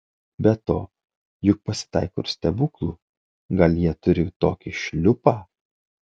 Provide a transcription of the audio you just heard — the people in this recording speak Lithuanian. be to juk pasitaiko ir stebuklų gal jie turi tokį šliupą